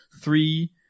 three